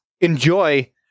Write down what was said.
enjoy